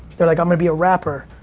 they're like i'm gonna be a rapper.